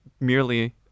merely